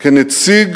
כנציג